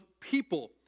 people